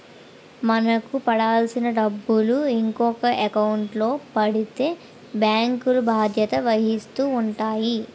మనకు పడాల్సిన డబ్బులు ఇంకొక ఎకౌంట్లో పడిపోతే బ్యాంకులు బాధ్యత వహిస్తూ ఉంటాయి